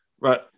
right